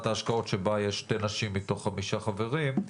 ההשקעות שבה יש שתי נשים מתוך חמישה חברים,